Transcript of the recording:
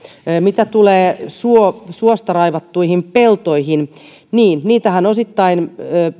mitä tulee suosta raivattuihin peltoihin niin niitähän osittain